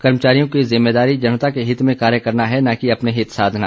कर्मचारियों की जिम्मेदारी जनता के हित में कार्य करना है न कि अपने हित साधना